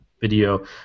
video